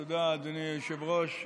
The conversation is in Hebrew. תודה, אדוני היושב-ראש.